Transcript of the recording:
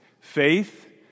Faith